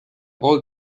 old